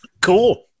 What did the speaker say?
Cool